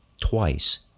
twice